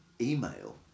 email